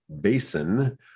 basin